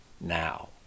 Now